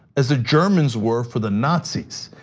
as the germans were for the nazis.